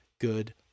good